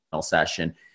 session